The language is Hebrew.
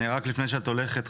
רק לפני שאת הולכת,